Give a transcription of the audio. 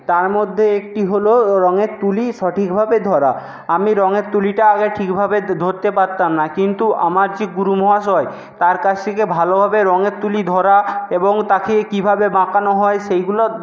তার মধ্যে একটি হলো রঙের তুলি সঠিকভাবে ধরা আমি রঙের তুলিটা আগে ঠিকভাবে ধরতে পারতাম না কিন্তু আমার যে গুরু মহাশয় তার কাছ থেকে ভালোভাবে রঙের তুলি ধরা এবং তাকে কীভাবে বাঁকানো হয় সেইগুলো